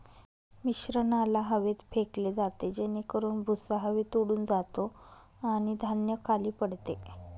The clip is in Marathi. मिश्रणाला हवेत फेकले जाते जेणेकरून भुसा हवेत उडून जातो आणि धान्य खाली पडते